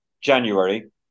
January